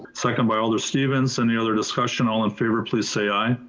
second by alder stevens? any other discussion, all in favor, please say, aye.